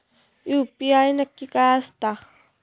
UPI नक्की काय आसता?